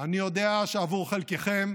אני יודע שעבור חלקכם,